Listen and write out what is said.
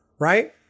Right